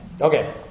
Okay